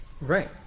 right